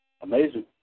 Amazing